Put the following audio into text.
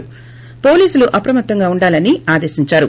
వోలీసులు అప్రమత్తంగా ఉండాలని ఆదేశించారు